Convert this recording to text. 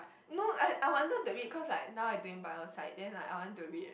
no I I wanted to eat cause like now I doing by own side then like I want to read eh